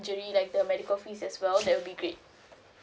injury like the medical fees as well that will be great